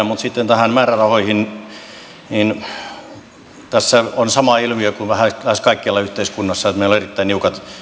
mutta sitten näihin määrärahoihin tässä on sama ilmiö kuin lähes kaikkialla yhteiskunnassa että meillä on erittäin niukat